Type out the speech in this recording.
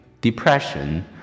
depression